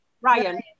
Ryan